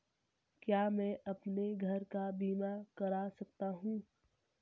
क्या मैं अपने घर का बीमा करा सकता हूँ?